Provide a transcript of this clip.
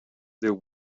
there